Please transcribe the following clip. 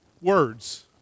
words